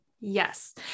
Yes